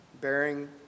bearing